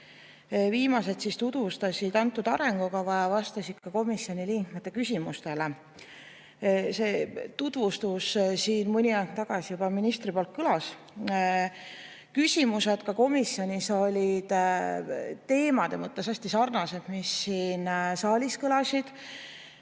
Viimased tutvustasid arengukava ja vastasid ka komisjoni liikmete küsimustele. See tutvustus siin mõni aeg tagasi juba ministri suust kõlas. Küsimused olid komisjonis teemade mõttes hästi sarnased nendega, mis siin saalis kõlasid.